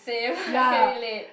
same I can relate